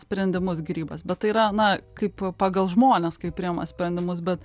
sprendimus grybas bet tai yra na kaip pagal žmones kaip priima sprendimus bet